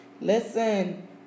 listen